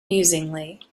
musingly